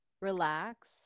Relax